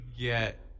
get